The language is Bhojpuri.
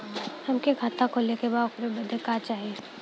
हमके खाता खोले के बा ओकरे बादे का चाही?